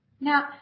Now